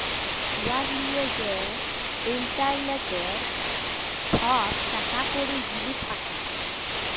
উয়ার লিয়ে যে ইলটারলেটে ছব টাকা কড়ি, জিলিস পাঠায়